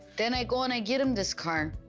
then i go and i get him this car